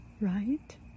right